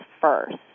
first